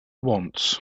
wants